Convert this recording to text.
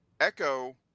Echo